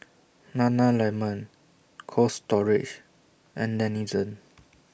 Nana Lemon Cold Storage and Denizen